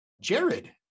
Jared